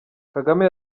kagame